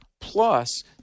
plus